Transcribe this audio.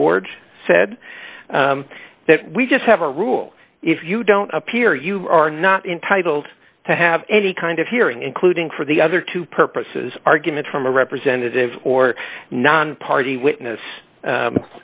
the board said that we just have a rule if you don't appear you are not entitled to have any kind of hearing including for the other two purposes argument from a representative or non party witness